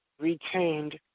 retained